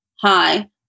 hi